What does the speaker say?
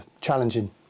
challenging